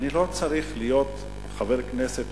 אני לא צריך להיות חבר כנסת,